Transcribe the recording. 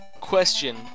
Question